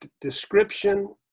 description